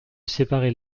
séparer